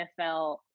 NFL